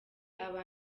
aba